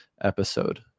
episode